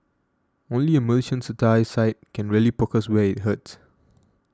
only a Malaysian satire site can really poke us where it hurts